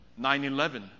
9-11